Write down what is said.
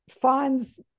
funds